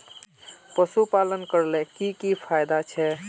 पशुपालन करले की की फायदा छे?